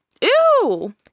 ew